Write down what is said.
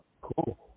Cool